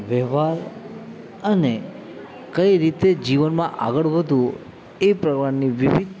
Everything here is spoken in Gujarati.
વ્યવહાર અને કઈ રીતે જીવનમાં આગળ વધવું એ પ્રમાણની વિવિધ